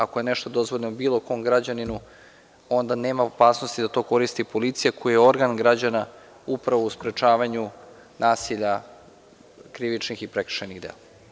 Ako je nešto dozvoljeno bilo kom građaninu, onda nema opasnosti da to koristi i policija, koja je organ građana upravo u sprečavanju nasilja krivičnih i prekršajnih dela.